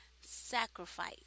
sacrifice